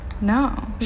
No